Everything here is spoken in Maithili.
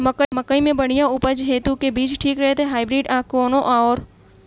मकई केँ बढ़िया उपज हेतु केँ बीज ठीक रहतै, हाइब्रिड आ की कोनो आओर?